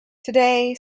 today